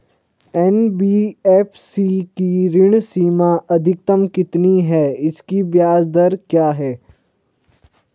NBFC की ऋण सीमा अधिकतम कितनी है इसकी ब्याज दर क्या है?